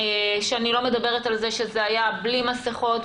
אני לא מדברת על כך שזה היה בלי מסכות.